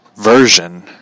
version